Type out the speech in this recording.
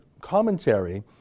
commentary